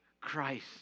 Christ